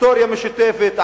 היסטוריה משותפת,